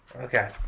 Okay